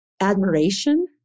admiration